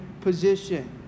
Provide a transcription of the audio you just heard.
position